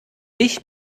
ich